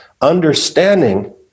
understanding